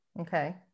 Okay